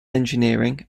engineering